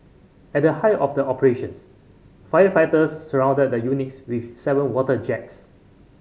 at the height of the operations firefighters surrounded the units with seven water jets